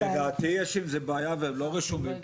לדעתי יש עם זה בעיה והם לא רשומים,